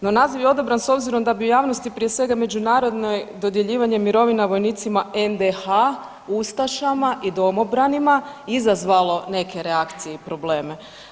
No naziv je odabran s obzirom da bi u javnosti prije svega međunarodnoj dodjeljivanje mirovina vojnicima NDH, ustašama i domobranima izazvalo neke reakcije i probleme.